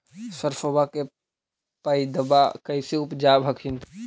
सरसोबा के पायदबा कैसे उपजाब हखिन?